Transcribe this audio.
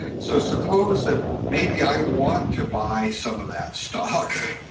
so suppose that maybe i want to buy some of that stock.